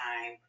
time